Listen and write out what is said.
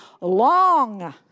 long